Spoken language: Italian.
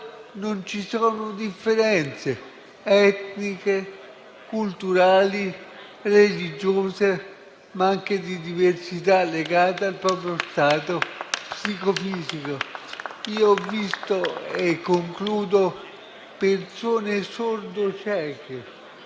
non ci sono differenze etniche, culturali, religiose, né diversità legate al proprio stato psicofisico. Ho visto, e concludo, persone sordo-cieche